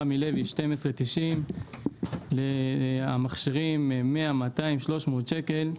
רמי לוי 12.90 שקלים, והמכשירים 300-100 שקל.